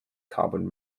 carbon